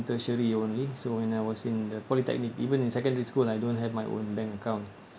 tertiary only so when I was in the polytechnic even in secondary school I don't have my own bank account